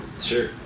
Sure